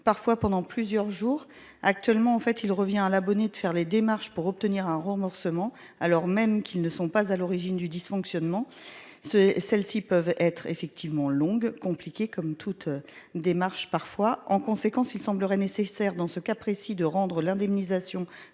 parfois pendant plusieurs jours. Actuellement, il revient aux abonnés de faire les démarches pour obtenir un remboursement, alors même qu'ils ne sont pas à l'origine du dysfonctionnement. Celles-ci peuvent être longues, compliquées, comme les démarches peuvent parfois l'être. En conséquence, il semblerait nécessaire, dans ce cas précis, de rendre l'indemnisation